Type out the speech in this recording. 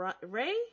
Ray